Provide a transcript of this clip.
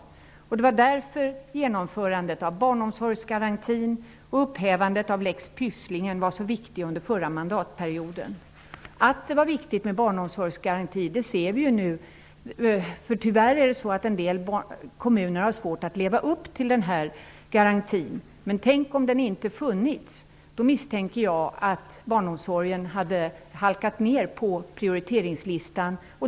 Det var därför som det var så viktigt med genomförandet av barnomsorgsgarantin och upphävandet av lex Pysslingen. Att det var viktigt med barnomsorgsgarantin kan vi nu se. En del kommuner har tyvärr svårt att leva upp till garantin. Men tänk om den inte funnits! Då misstänker jag att barnomsorgen hade halkat ner på prioriteringslistan.